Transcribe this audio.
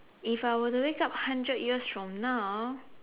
if I were to wake up hundred years from now